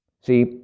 See